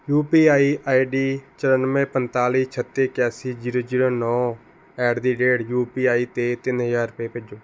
U P ਆਈ ID ਚੁਰਾਨਵੇਂ ਪੰਤਾਲ਼ੀ ਛੱਤੀ ਇਕਾਸੀ ਜੀਰੋ ਜੀਰੋ ਨੋ at the rate UPI 'ਤੇ ਤਿੰਨ ਹਜਾਰ ਰੁਪਏ ਭੇਜੋ